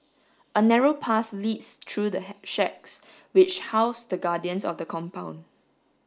a narrow path leads through the shacks which house the guardians of the compound